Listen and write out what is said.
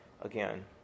again